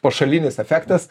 pašalinis efektas